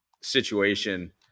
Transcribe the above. situation